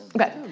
Okay